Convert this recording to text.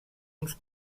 uns